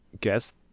guess